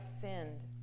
sinned